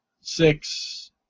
six